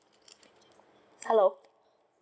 hello